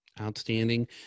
outstanding